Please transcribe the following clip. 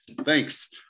Thanks